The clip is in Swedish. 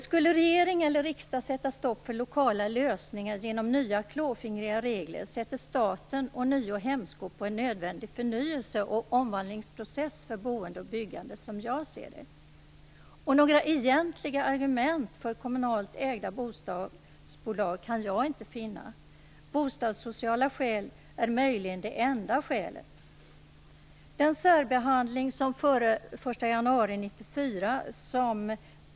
Skulle regering och riksdag sätta stopp för lokala lösningar genom nya klåfingriga regler, sätter staten, som jag ser det, ånyo hämsko på en nödvändig förnyelse och omvandlingsprocess för boende och byggande. Några egentliga argument för kommunalt ägda bostadsbolag kan jag inte finna. Bostadssociala skäl är möjligen de enda skälen.